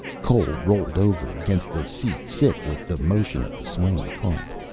cole rolled over against the seat, sick with the motion of the swaying cart.